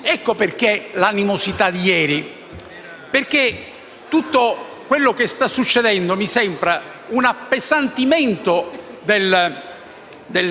Ecco il perché della mia animosità di ieri, perché quello che sta succedendo mi sembra un appesantimento del